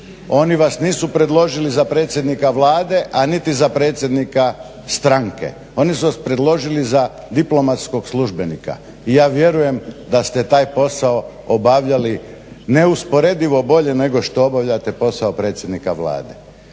oni vas nisu predložili za predsjednika Vlade, a niti za predsjednika stranke. Oni su vas predložili za diplomatskog službenika i ja vjerujem da ste taj posao obavljali neusporedivo bolje nego što obavljate posao predsjednika Vlade.